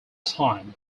time